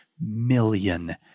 million